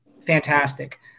fantastic